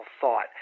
thought